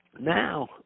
now